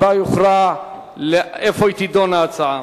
ובה יוכרע איפה תידון ההצעה.